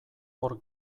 hor